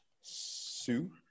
Sue